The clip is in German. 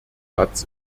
platz